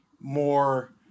more